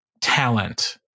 talent